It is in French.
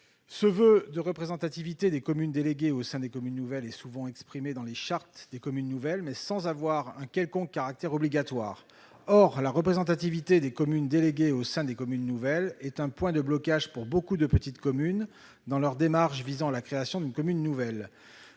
ce voeu de représentativité des communes déléguées au sein des communes nouvelles et souvent exprimée dans les chartes des communes nouvelles mais sans avoir un quelconque caractère obligatoire, or la représentativité des communes déléguées au sein des communes nouvelles est un point de blocage pour beaucoup de petites communes dans leurs démarches visant à la création d'une commune nouvelle